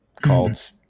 called